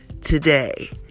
today